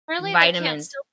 vitamins